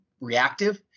reactive